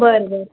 बरं बरं